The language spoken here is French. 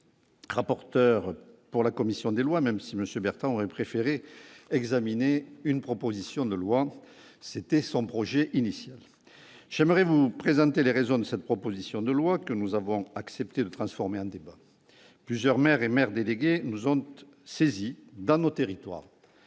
rapporteur pour la commission des lois, pour son travail, même si Alain Bertrand eût préféré examiner une proposition de loi, ce qui était son projet initial. J'aimerais vous présenter les motifs de la présentation de cette proposition de loi, que nous avons accepté de transformer en débat. Plusieurs maires et maires délégués nous ont saisis, dans nos territoires,